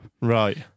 Right